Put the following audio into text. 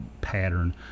pattern